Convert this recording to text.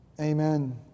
Amen